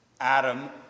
Adam